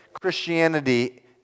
Christianity